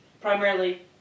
primarily